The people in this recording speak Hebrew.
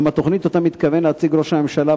גם התוכנית שמתכוון להציג ראש הממשלה,